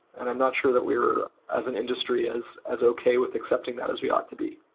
and i'm not sure that we're as an industry, as as okay with accepting that as we ought to be.